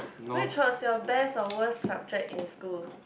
which was your best or worst subject in school